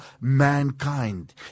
mankind